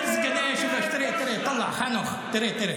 כל סגני היושב-ראש, תראה, תראה, חנוך, תראה, תראה.